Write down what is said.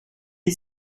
est